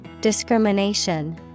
Discrimination